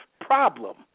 problem